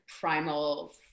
primal